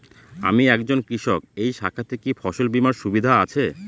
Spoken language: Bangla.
আমি একজন কৃষক এই শাখাতে কি ফসল বীমার সুবিধা আছে?